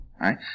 right